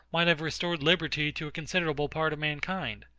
might have restored liberty to a considerable part of mankind.